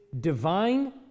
divine